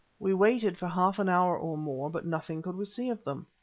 we waited for half an hour or more, but nothing could we see of them.